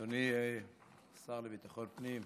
אדוני השר לביטחון פנים,